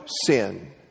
sin